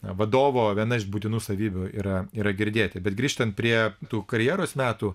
vadovo viena iš būtinų savybių yra yra girdėti bet grįžtant prie tų karjeros metų